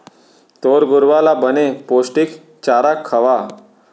तोर गरूवा ल बने पोस्टिक चारा खवा